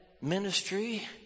ministry